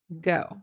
go